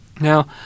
Now